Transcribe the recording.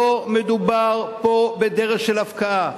לא מדובר פה בדרך של הפקעה.